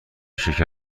شکر